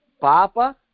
papa